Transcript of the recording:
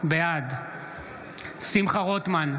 בעד שמחה רוטמן,